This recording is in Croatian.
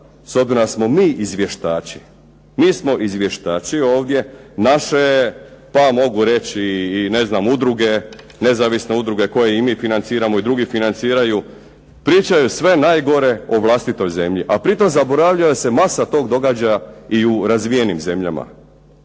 da smo mi izvještači, mi smo izvještači ovdje, naše je pa mogu reći i ne znam udruge, nezavisne udruge koje i mi financiramo i drugi financiraju pričaju sve najgore o vlastitoj zemlji, a pritom zaboravljaju da se masa tog događa i u razvijenim zemljama.